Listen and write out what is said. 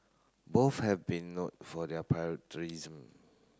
both have been note for their